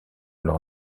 leur